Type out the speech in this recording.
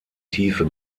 tiefe